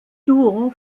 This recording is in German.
duo